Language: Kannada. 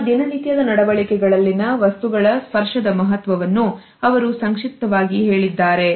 ನಮ್ಮ ದಿನನಿತ್ಯದ ನಡವಳಿಕೆಗಳಲ್ಲಿನ ವಸ್ತುಗಳ ಸ್ಪರ್ಶದ ಮಹತ್ವವನ್ನು ಅವರು ಸಂಕ್ಷಿಪ್ತವಾಗಿ ಹೇಳಿದ್ದಾರೆ